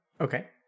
Okay